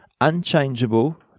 unchangeable